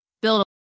build